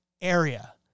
area